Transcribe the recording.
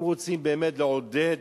אם רוצים באמת לעודד